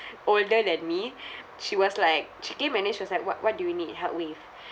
older than me she was like she came and then she was like what what do you need help with